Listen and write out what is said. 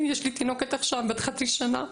יש לי תינוקת עכשיו בת חצי שנה,